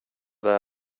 det